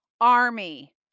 army